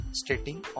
stating